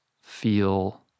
feel